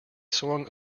swung